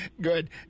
good